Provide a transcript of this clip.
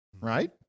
right